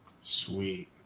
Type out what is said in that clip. Sweet